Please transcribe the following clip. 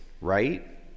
right